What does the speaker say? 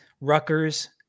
Rutgers